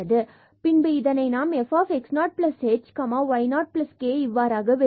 பின்பு இதனை நாம் fx0hy0k இவ்வாறாக வெளிப்படுத்தலாம்